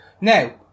Now